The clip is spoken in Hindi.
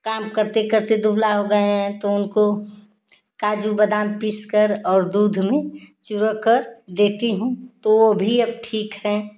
काम करते करते दुबला हो गए हैं तो उनको काजू बदाम पीस कर और दूध में चुरककर देती हूँ तो वो भी अब ठीक हैं